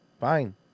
Fine